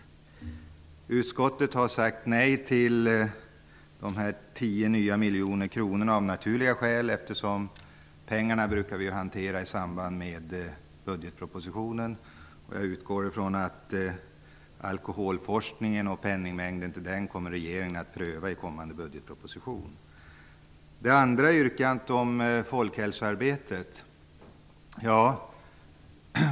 Utskottet har sagt nej till de tio miljoner nya kronorna av naturliga skäl. Pengarna brukar vi ju hantera i samband med budgetpropositionen. Jag utgår från att regeringen kommer att pröva penningmängden till alkoholforskningen i kommande budgetproposition. Det andra yrkandet gäller lokalt och regionalt folkhälsoarbete.